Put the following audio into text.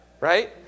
right